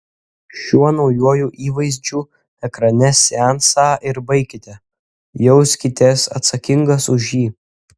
šiuo naujuoju įvaizdžiu ekrane seansą ir baikite jauskitės atsakingas už jį